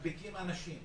ומדביקים אנשים